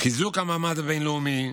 חיזוק המעמד הבין-לאומי.